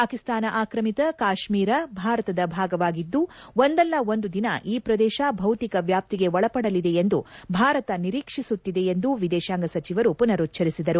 ಪಾಕಿಸ್ತಾನ ಆಕ್ರಮಿತ ಕಾಶ್ಮೀರ ಭಾರತದ ಭಾಗವಾಗಿದ್ದು ಒಂದಲ್ಲ ಒಂದು ದಿನ ಈ ಪ್ರದೇಶ ಭೌತಿಕ ವ್ಯಾಪ್ತಿಗೆ ಒಳಪಡಲಿದೆ ಎಂದು ಭಾರತ ನಿರೀಕ್ಷಿಸುತ್ತಿದೆ ಎಂದು ವಿದೇಶಾಂಗ ಸಚಿವರು ಮನರುಚ್ಛರಿಸಿದರು